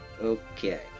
Okay